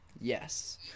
Yes